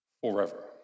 forever